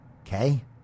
Okay